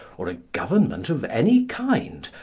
or a government of any kind,